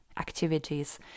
activities